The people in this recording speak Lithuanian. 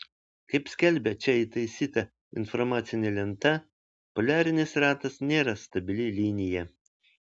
kaip skelbia čia įtaisyta informacinė lenta poliarinis ratas nėra stabili linija